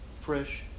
fresh